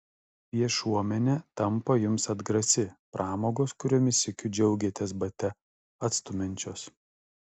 viešuomenė tampa jums atgrasi pramogos kuriomis sykiu džiaugėtės bate atstumiančios